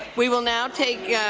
we will now take